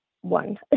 one